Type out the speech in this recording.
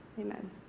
Amen